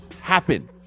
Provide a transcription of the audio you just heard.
happen